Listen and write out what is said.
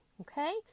okay